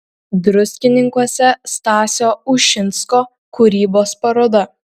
druskininkuose stasio ušinsko kūrybos paroda